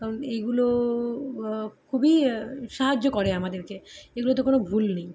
কারণ এইগুলো খুবই সাহায্য করে আমাদেরকে এইগুলোতে কোনো ভুল নেই